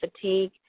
fatigue